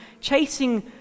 chasing